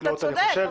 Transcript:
נכון, אתה צודק.